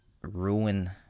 ruin